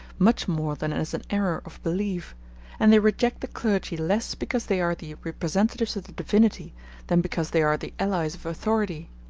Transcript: much more than as an error of belief and they reject the clergy less because they are the representatives of the divinity than because they are the allies of authority.